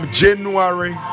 january